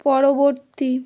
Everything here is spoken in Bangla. পরবর্তী